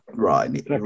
Right